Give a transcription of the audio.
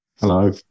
Hello